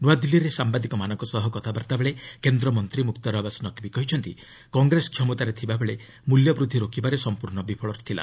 ନୂଆଦିଲ୍ଲୀରେ ସାମ୍ବାଦିକମାନଙ୍କ ସହ କଥାବାର୍ତ୍ତା ବେଳେ କେନ୍ଦ୍ରମନ୍ତ୍ରୀ ମୁକ୍ତାର ଆବାସ ନକ୍ବି କହିଛନ୍ତି କଂଗ୍ରେସ କ୍ଷମତାରେ ଥିବା ବେଳେ ମୂଲ୍ୟ ବୃଦ୍ଧି ରୋକିବାରେ ସମ୍ପୂର୍ଣ୍ଣ ବିଫଳ ହୋଇଥିଲା